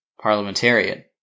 parliamentarian